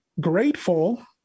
grateful